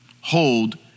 Hold